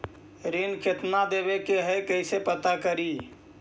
ऋण कितना देवे के है कैसे पता करी?